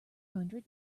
hundred